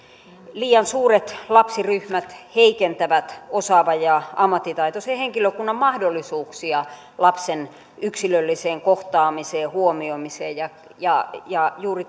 liian suuret lapsiryhmät heikentävät osaavan ja ammattitaitoisen henkilökunnan mahdollisuuksia lapsen yksilölliseen kohtaamiseen huomioimiseen ja ja juuri